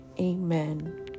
Amen